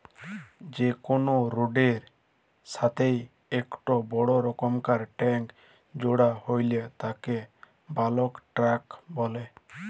যে কোনো রোডের এর সাথেই একটো বড় রকমকার ট্যাংক জোড়া হইলে তাকে বালক ট্যাঁক বলে